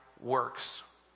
works